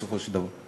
בסופו של דבר.